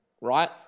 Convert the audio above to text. Right